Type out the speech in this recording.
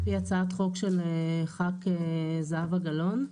לפי הצעת חוק של ח"כ זהבה גלאון,